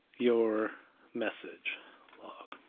your message log.